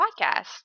podcast